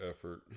effort